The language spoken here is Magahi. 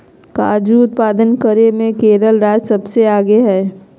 काजू उत्पादन करे मे केरल राज्य सबसे आगे हय